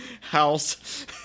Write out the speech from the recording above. house